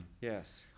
Yes